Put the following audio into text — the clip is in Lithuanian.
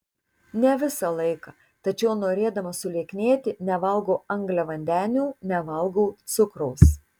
ne visą laiką tačiau norėdama sulieknėti nevalgau angliavandenių nevalgau cukraus